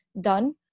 done